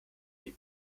die